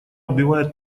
убивает